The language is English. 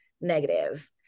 negative